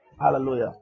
Hallelujah